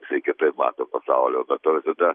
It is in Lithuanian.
jisai kitaip mato pasaulį o tada o tada